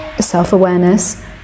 self-awareness